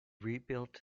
rebuilt